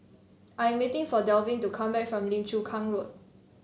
I am waiting for Dalvin to come back from Lim Chu Kang Road